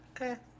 okay